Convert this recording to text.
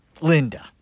Linda